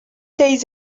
days